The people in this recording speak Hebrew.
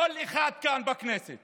כל אחד כאן בכנסת